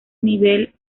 nivel